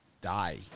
die